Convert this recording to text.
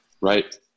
Right